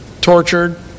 Tortured